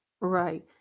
Right